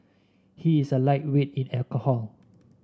he is a lightweight in alcohol